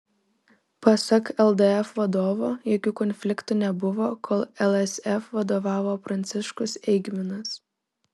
pasak ldf vadovo jokių konfliktų nebuvo kol lsf vadovavo pranciškus eigminas